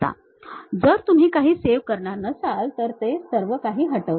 जर तुम्ही काही सेव्ह करणार नसाल तर ते सर्व काही हटवते